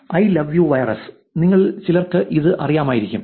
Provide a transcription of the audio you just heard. I love you virus നിങ്ങളിൽ ചിലർക്ക് ഇത് അറിയാമായിരിക്കും